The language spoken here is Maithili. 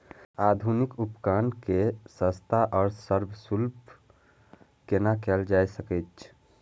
आधुनिक उपकण के सस्ता आर सर्वसुलभ केना कैयल जाए सकेछ?